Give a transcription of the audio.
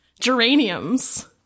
geraniums